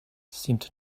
seemed